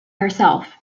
herself